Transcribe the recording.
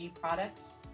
products